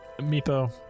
Meepo